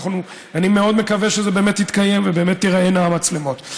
אני מאוד מקווה שזה באמת יתקיים ובאמת תיראנה המצלמות.